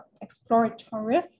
exploratory-